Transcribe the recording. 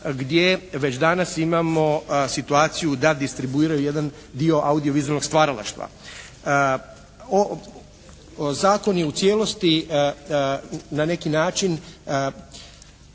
gdje već danas imamo situaciju da distribuiraju jedan dio audiovizualnog stvaralaštva. Zakon je u cijelosti na neki način